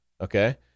Okay